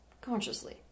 Consciously